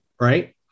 right